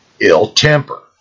ill-temper